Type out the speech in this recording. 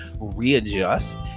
readjust